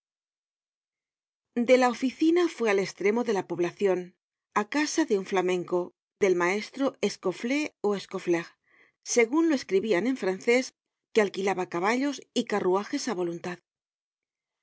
de la oficina fue al estremo de la poblacion á casa de un flamenco del maestro scauflaer ó scauflaire segun lo escribian en francés que alquilaba caballos y carruajes á voluntad